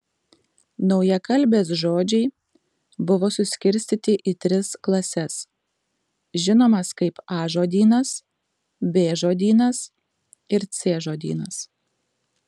naujakalbės žodžiai buvo suskirstyti į tris klases žinomas kaip a žodynas b žodynas ir c žodynas